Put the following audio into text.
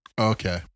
Okay